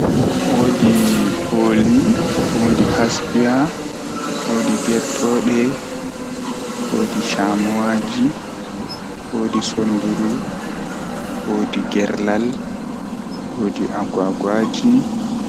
Woodi pooli, woodi hasbiya, woodi gertoode, woodi shamuwaaji, woodi sonduru, woodi gerlal, woodi agwagwaaji.